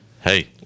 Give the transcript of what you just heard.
hey